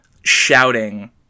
shouting